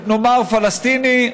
נאמר פלסטיני,